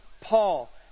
Paul